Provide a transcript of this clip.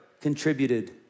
contributed